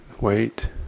wait